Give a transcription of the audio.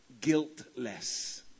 guiltless